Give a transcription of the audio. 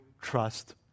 trust